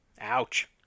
Ouch